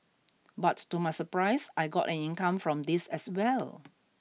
but to my surprise I got an income from this as well